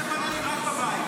אני עושה פאנלים רק בבית.